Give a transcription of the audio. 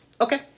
Okay